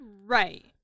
Right